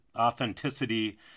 authenticity